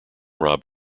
rob